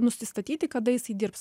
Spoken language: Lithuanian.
nusistatyti kada jisai dirbs